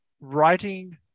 writing